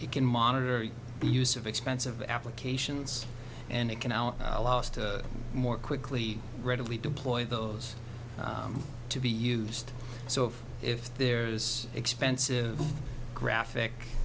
we can monitor the use of expensive applications and it can allow us to more quickly readily deploy those to be used so if there's expensive graphic